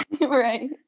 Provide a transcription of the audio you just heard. right